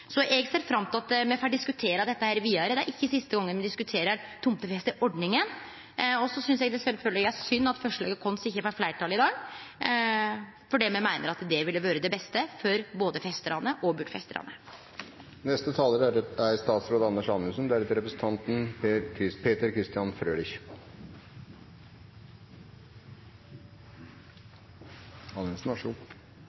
Eg ser fram til at me får diskutert dette vidare. Det er ikkje siste gongen me diskuterer tomtefesteordninga. Så synest eg sjølvsagt det er synd at forslaget vårt ikkje får fleirtal i dag, for me meiner at det ville vore det beste for både festarane og